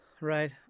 Right